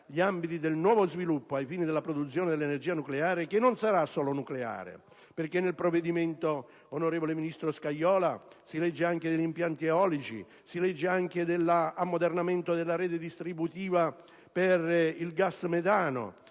gli ambiti del nuovo sviluppo ai fini della produzione di energia, che non sarà solo nucleare, perché nel provvedimento, onorevole ministro Scajola, si parla anche di impianti eolici, nonché dell'ammodernamento della rete distributiva per il gas metano.